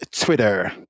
Twitter